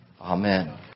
Amen